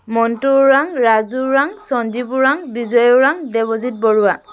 Montu Orang Raju Orang Sanjib Orang Bijoy Orang Debajit Barua